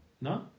No